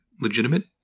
legitimate